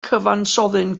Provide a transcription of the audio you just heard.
cyfansoddyn